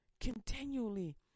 Continually